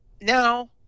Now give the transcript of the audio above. Now